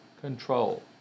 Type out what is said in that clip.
control